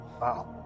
Wow